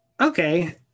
okay